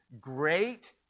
Great